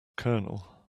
colonel